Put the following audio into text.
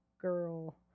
girl